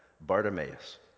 Bartimaeus